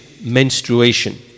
menstruation